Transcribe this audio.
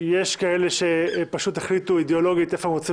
יש כאלה שפשוט החליטו אידיאולוגית איפה הם רוצים